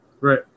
right